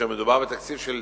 כאשר מדובר בתקציב של